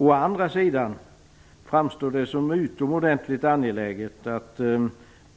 Å andra sidan framstår det som utomordentligt angeläget att